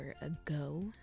ago